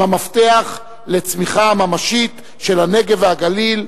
הם המפתח לצמיחה ממשית של הנגב והגליל,